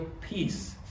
peace